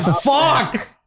Fuck